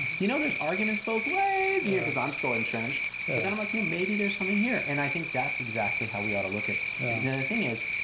you know there's arguments both ways because i'm still entrenched, but then i'm like, you know maybe there's something here. and i think that's exactly how we ought to look at. and the thing is,